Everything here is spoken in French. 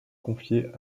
confié